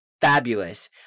fabulous